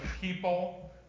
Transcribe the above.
people